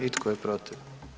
I tko je protiv?